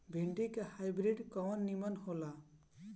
भिन्डी के हाइब्रिड कवन नीमन हो ला?